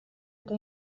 eta